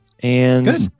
Good